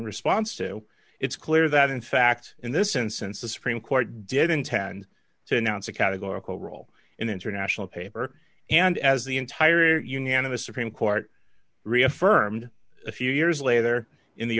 response to it's clear that in fact in this instance the supreme court did intend to announce a categorical role in international paper and as the entire unanimous supreme court reaffirmed a few years later in the